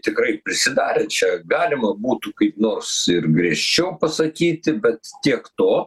tikrai prisidarė čia galima būtų kaip nors ir griežčiau pasakyti bet tiek to